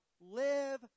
live